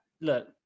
Look